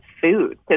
food